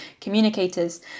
communicators